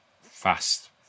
fast